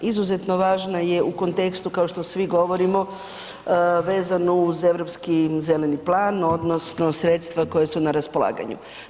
Izuzetno važna je u kontekstu kao što svi govorimo vezano uz Europski zeleni plan odnosno sredstva koja su na raspolaganju.